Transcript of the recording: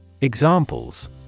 Examples